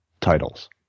titles